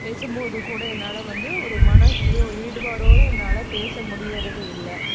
பேசும்போதுகூட என்னால் வந்து ஒரு மன ஈடுபாடோடு என்னால பேச முடியறது இல்லை